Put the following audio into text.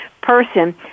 person